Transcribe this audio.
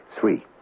Three